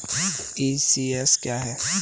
ECS क्या है?